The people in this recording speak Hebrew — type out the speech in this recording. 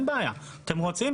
אם אתם רוצים,